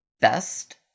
best